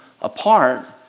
apart